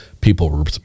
people